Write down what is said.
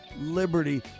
Liberty